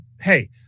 hey—